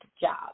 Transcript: job